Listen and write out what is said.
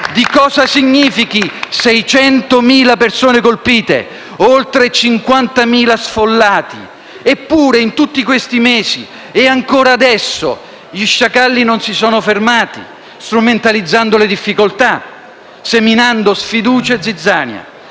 di cosa significano 600.000 persone colpite e oltre 50.000 sfollati. Eppure, in tutti questi mesi - e ancora adesso - gli sciacalli non si sono fermati, strumentalizzando le difficoltà e seminando sfiducia, zizzania,